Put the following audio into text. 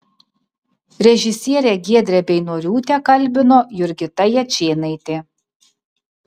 režisierę giedrę beinoriūtę kalbino jurgita jačėnaitė